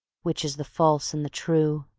which is the false and the true?